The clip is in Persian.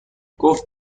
گفت